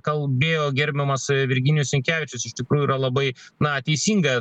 kalbėjo gerbiamas virginijus sinkevičius iš tikrųjų yra labai na teisinga